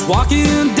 Walking